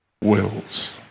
wills